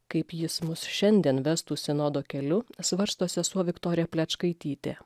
kaip jis mus šiandien vestų sinodo keliu svarsto sesuo viktorija plečkaitytė